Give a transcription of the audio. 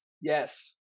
Yes